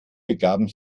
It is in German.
begaben